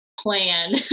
plan